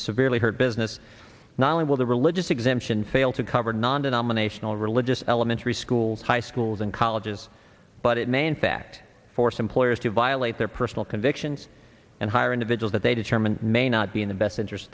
severely hurt business not only will the religious exemption fail to cover non denominational religious elementary schools high schools and colleges but it may in fact force employers to violate their personal convictions and hire individuals that they determine may not be in the best interest